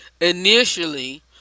initially